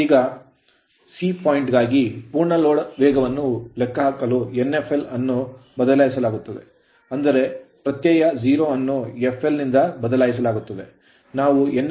ಈಗ point point c ಗಾಗಿ ಪೂರ್ಣ load ಲೋಡ್ ವೇಗವನ್ನು ಲೆಕ್ಕಹಾಕಲು nfl ಅನ್ನು ಬದಲಾಯಿಸಲಾಗುತ್ತದೆ ಅಂದರೆ ಪ್ರತ್ಯಯ 0 ಅನ್ನು fl ನಿಂದ ಬದಲಾಯಿಸಲಾಗುತ್ತದೆ ನಾವು nflns ns1000 ಮತ್ತು sfl 0